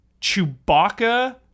Chewbacca